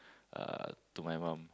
uh to my mum